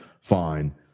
Fine